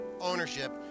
ownership